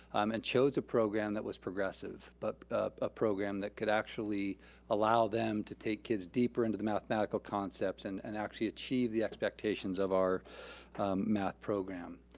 um and chose a program that was progressive, but a program that could actually allow them to take kids deeper into the mathematical concepts and and actually achieve the expectations of our math program.